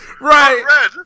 Right